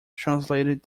translated